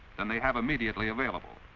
than they have immediately available.